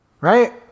Right